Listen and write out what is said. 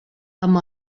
amb